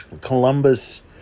Columbus